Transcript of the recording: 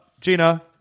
Gina